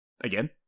Again